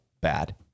bad